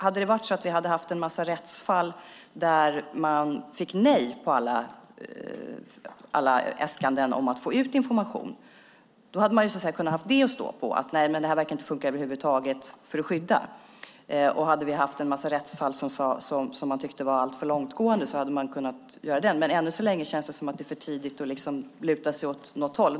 Hade vi hade haft en massa rättsfall där man fått nej på alla äskanden om att få ut information hade vi kunnat ha det att stå på för att säga: Nej, men det här verkar inte funka över huvud taget när det gäller att skydda. Och hade vi haft en massa rättsfall som vi hade tyckt varit alltför långtgående hade vi kunnat ha det att stå på. Men än så länge känns det som att det är för tidigt att luta sig åt något håll.